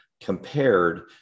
compared